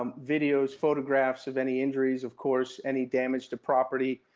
um videos, photographs of any injuries, of course, any damage to property,